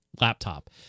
laptop